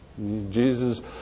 Jesus